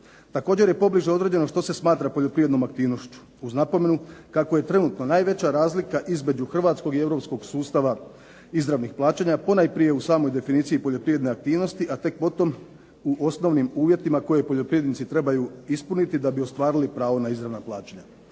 Također je pobliže određeno što se smatra poljoprivrednom aktivnošću, uz napomenu kako je trenutno najveća razlika između hrvatskog i europskog sustava izravnih plaćanja ponajprije u samoj definiciji poljoprivredne aktivnosti, a tek potom u osnovnim uvjetima koje poljoprivrednici trebaju ispuniti da bi ostvarili pravo na izravna plaćanja.